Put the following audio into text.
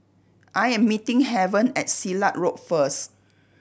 I am meeting Heaven at Silat Road first